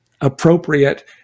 appropriate